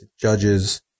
judges